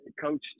Coach